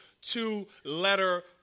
two-letter